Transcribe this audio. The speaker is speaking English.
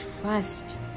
trust